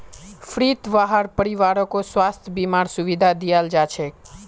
फ्रीत वहार परिवारकों स्वास्थ बीमार सुविधा दियाल जाछेक